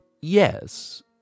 Yes